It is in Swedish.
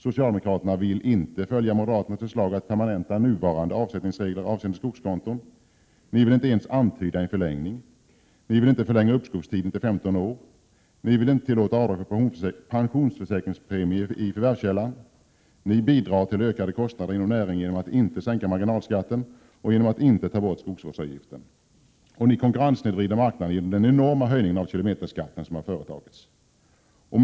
Socialdemokraterna vill inte följa moderaternas förslag att permanenta nuvarande avsättningsregler avseende skogskonton. Socialdemokraterna vill inte ens antyda en förlängning av reglerna. De vill inte förlänga uppskovstiden till 15 år. De vill inte tillåta avdrag för pensionsförsäkringspremier i förvärvskällan. De bidrar till ökade kostnader inom näringen genom att inte sänka marginalskatten och genom att inte ta bort skogsvårdsavgiften. De konkurrenssnedvrider marknaden genom den enorma höjning som har skett av kilometerskatten.